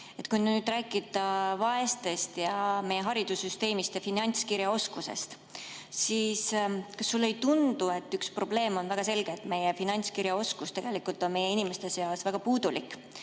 Kui rääkida vaestest, meie haridussüsteemist ja finantskirjaoskusest, siis kas sulle ei tundu, et üks probleem on väga selge: finantskirjaoskus on meie inimestel väga puudulik